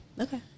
Okay